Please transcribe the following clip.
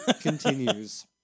continues